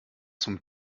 zum